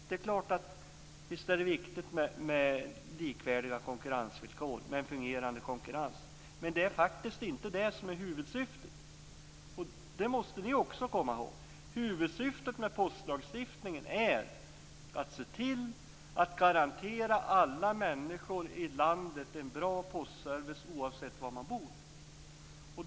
Det är klart att det är viktigt att ha likvärdiga konkurrensvillkor, med en fungerande konkurrens, men det är faktiskt inte det som är huvudsyftet. Det måste ni också komma ihåg. Huvudsyftet med postlagstiftningen är att se till att alla människor i landet garanteras en bra postservice, oavsett var man bor.